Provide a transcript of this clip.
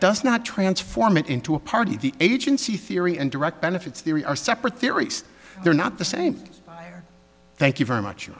does not transform it into a party the agency theory and direct benefits they are separate theories they're not the same thank you very much